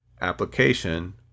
application